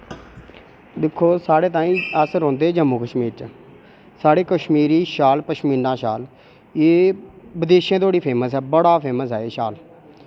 दिक्खो साढ़े ताईं अस रौह्नदे जम्मू कश्मीर च साढ़े कश्मीरी शाल पश्मीना शाल एह् बिदेशें धोड़ी फेमस ऐ बड़ा फेमस ऐ एह् शाल